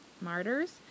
martyrs